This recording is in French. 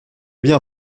bien